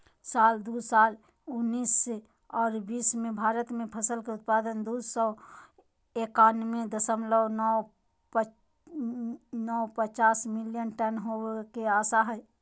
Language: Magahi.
साल दू हजार उन्नीस आर बीस मे भारत मे फसल के उत्पादन दू सौ एकयानबे दशमलव नौ पांच मिलियन टन होवे के आशा हय